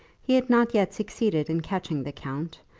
he had not yet succeeded in catching the count,